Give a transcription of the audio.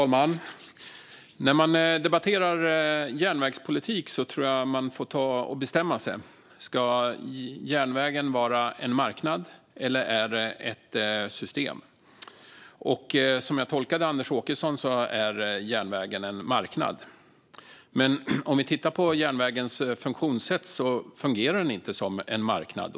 Fru talman! När man debatterar järnvägspolitik tror jag att man får ta och bestämma sig. Ska järnvägen vara en marknad, eller är det ett system? Jag tolkade Anders Åkesson som att han anser att järnvägen är en marknad. Men om vi tittar på järnvägens funktionssätt fungerar den inte som en marknad.